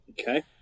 Okay